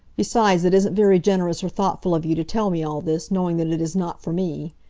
besides, it isn't very generous or thoughtful of you to tell me all this, knowing that it is not for me.